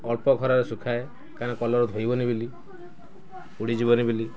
ଅଳ୍ପ ଖରାରେ ଶୁଖାଏ କାରଣ କଲର୍ ଧୋଇବନି ବୋଲି ଉଡ଼ି ଯିବନି ବୋଲି